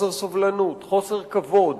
חוסר סובלנות, חוסר כבוד,